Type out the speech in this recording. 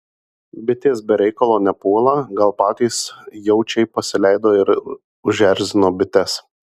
bitės be reikalo nepuola gal patys jaučiai pasileido ir užerzino bites